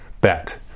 Bet